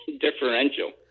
differential